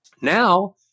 Now